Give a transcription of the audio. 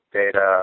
data